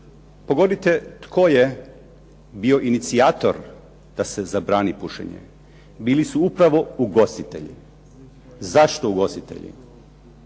pogodite tko je bio inicijator da se zabrani pušenje? Bili su upravo ugostitelji. Zašto ugostitelji?